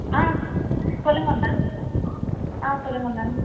ஆ சொல்லுங்கள் மேம் ஆ சொல்லுங்கள் மேம்